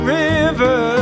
river